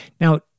Now